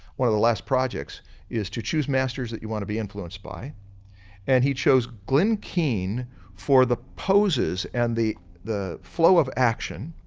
one of the last projects is to choose masters that you want to be influenced by and he chose glen keane for the poses and the the flow of action,